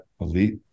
elite